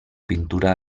pintura